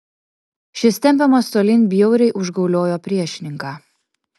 šis tempiamas tolyn bjauriai užgauliojo priešininką